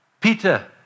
Peter